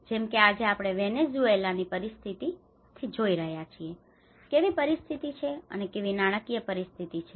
જેમ કે આજે આપણે વેનેઝુએલાની સ્થિતિ જોઈ રહ્યા છીએ કેવી પરિસ્થિતિ છે અને કેવી નાણાકીય પરિસ્થિતિ છે